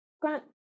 Grant